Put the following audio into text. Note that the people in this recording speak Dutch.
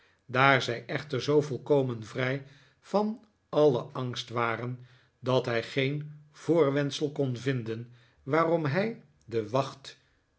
daar zij echter zoo volkomen vrij yan alien angst waren dat hij geen voorwendsel kon vinden waarom hij de wacht